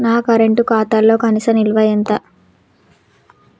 నా కరెంట్ ఖాతాలో కనీస నిల్వ ఎంత?